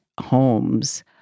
homes